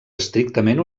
estrictament